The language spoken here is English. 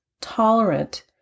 tolerant